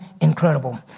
incredible